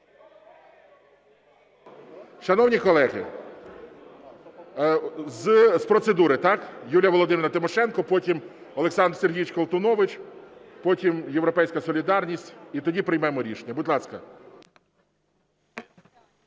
Шановні колеги, з процедури: Юлія Володимирівна Тимошенко, потім Олександр Сергійович Колтунович, потім "Європейська солідарність". І тоді приймемо рішення. Будь ласка.